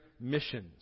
missions